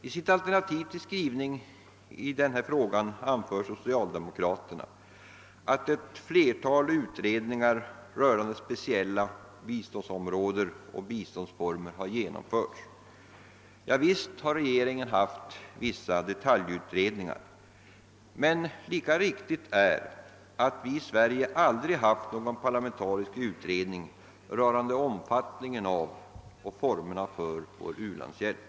I sitt alternativ till skrivning i denna fråga anför socialdemokraterna, att ett flertal utredningar rörande speciella biståndsområden och biståndsformer har genomförts. Javisst har regeringen gjort vissa detaljutredningar, men lika riktigt är att vi i Sverige aldrig haft någon parlamentarisk utredning rörande omfattningen av och formerna för vår u-landshjälp.